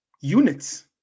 units